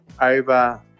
over